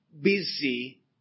busy